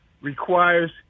requires